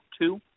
two